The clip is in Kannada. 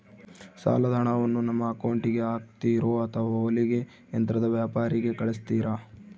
ಸಾಲದ ಹಣವನ್ನು ನಮ್ಮ ಅಕೌಂಟಿಗೆ ಹಾಕ್ತಿರೋ ಅಥವಾ ಹೊಲಿಗೆ ಯಂತ್ರದ ವ್ಯಾಪಾರಿಗೆ ಕಳಿಸ್ತಿರಾ?